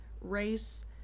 race